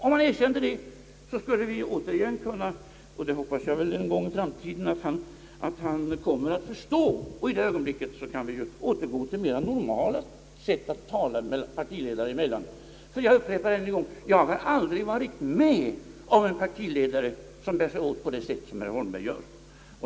Om han erkände det skulle vi kunna återgå till ett mera normalt sätt att tala partiledare emellan. Jag upprepar att jag aldrig har varit med om att en partiledare bär sig åt som herr Holmberg gör.